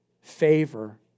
favor